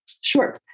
Sure